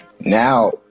Now